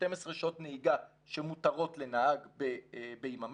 12 שעות נהיגה שמותרות לנהג ביממה.